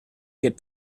get